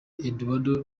eduardo